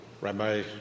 Rabbi